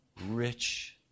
rich